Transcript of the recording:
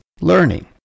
learning